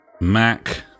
Mac